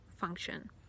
function